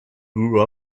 grew